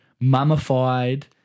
mummified